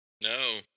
No